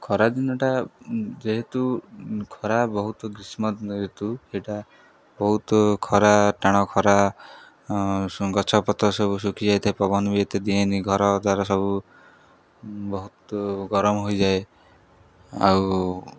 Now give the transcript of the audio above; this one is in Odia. ଖରା ଦିନଟା ଯେହେତୁ ଖରା ବହୁତ ଗ୍ରୀଷ୍ମ ଋତୁ ଏଇଟା ବହୁତ ଖରା ଟାଣ ଖରା ଗଛ ପତ୍ର ସବୁ ଶୁଖିଯାଇ ଥାଏ ପବନ ବି ଏତେ ଦିଏନି ଘର ଦ୍ୱାରା ସବୁ ବହୁତ ଗରମ ହୋଇଯାଏ ଆଉ